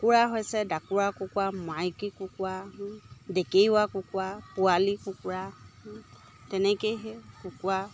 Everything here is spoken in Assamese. কুকুৰা হৈছে ডাকুৱা কুকুৰা মাইকী কুকুৰা ডেকেৰুৱা কুকুৰা পোৱালি কুকুৰা তেনেকৈয়ে সেই কুকুৰা